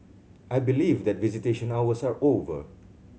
I believe that visitation hours are over